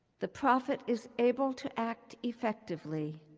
the prophet is able to act effectively